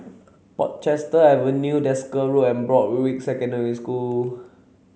Portchester Avenue Desker Road and Broadrick Secondary School